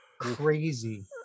Crazy